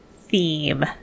theme